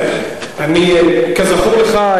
כזכור לך,